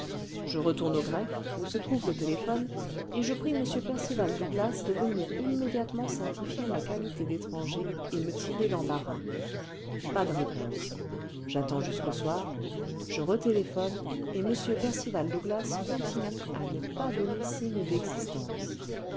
je retourne au greffe où se trouve le téléphone et je prie m percival douglas de venir immédiatement certifier ma qualité d'étranger et me tirer d'embarras pas de réponse j'attends jusqu'au soir je retéléphone et m percival douglas continue à ne pas donner signe d'existence